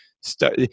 start